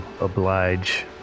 oblige